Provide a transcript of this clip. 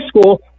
school